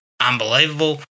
unbelievable